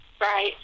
right